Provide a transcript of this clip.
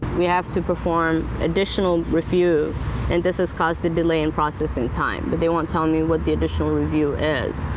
we have to perform additional review and this has caused a delay in processing time. but they won't tell me what the additional review is.